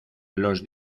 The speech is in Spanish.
los